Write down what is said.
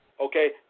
okay